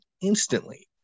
instantly